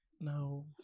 No